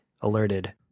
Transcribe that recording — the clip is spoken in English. alerted